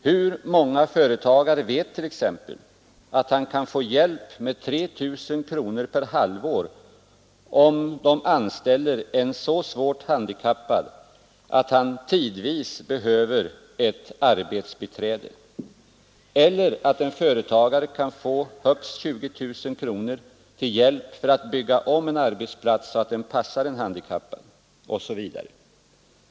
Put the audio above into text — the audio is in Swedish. Hur många företagare vet t.ex. att de kan få hjälp med 3 000 kronor per halvår, om de anställer en så svårt handikappad att vederbörande tidvis behöver ett arbetsbiträde, eller att en företagare kan få högst 20 000 kronor till hjälp för att bygga om en arbetsplats så att den passar en handikappad osv.?